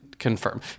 confirm